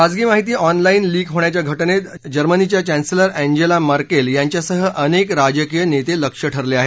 खाजगी माहिती online leak होणाच्या घटनेत जर्मनीच्या चॅन्सेलर अँजेला मर्केल यांच्यासह अनेक राजकीय नेते लक्ष्य ठरले आहेत